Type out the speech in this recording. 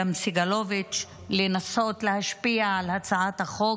גם סגלוביץ' לנסות להשפיע על הצעת החוק,